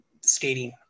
skating